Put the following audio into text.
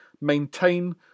maintain